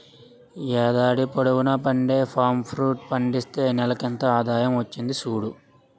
ఏడాది పొడువునా పండే పామ్ ఫ్రూట్ పండిస్తే నెలకింత ఆదాయం వచ్చింది సూడు